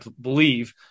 believe